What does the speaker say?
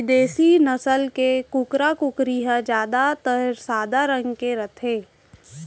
बिदेसी नसल के कुकरा, कुकरी ह जादातर सादा रंग के रथे